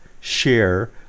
share